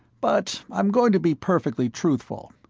but i'm going to be perfectly truthful.